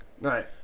Right